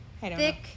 thick